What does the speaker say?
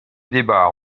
débat